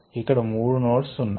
ఇక్కడ 3 నోడ్స్ ఉన్నాయి